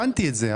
הבנתי את זה,